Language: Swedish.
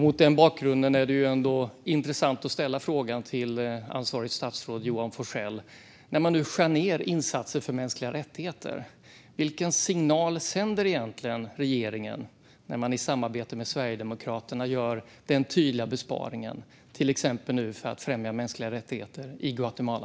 Mot den bakgrunden är det intressant att ställa frågan till ansvarigt statsråd Johan Forssell: Vilken signal sänder egentligen regeringen när man i samarbete med Sverigedemokraterna gör den tydliga besparingen på att till exempel främja mänskliga rättigheter i Guatemala?